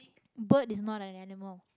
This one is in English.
bird is not an animal